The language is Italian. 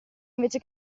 invece